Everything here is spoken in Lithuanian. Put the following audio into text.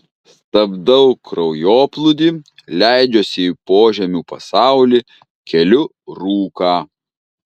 stabdau kraujoplūdį leidžiuosi į požemių pasaulį keliu rūką